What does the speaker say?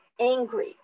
angry